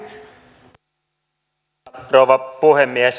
arvoisa rouva puhemies